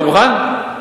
תכניס.